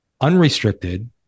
unrestricted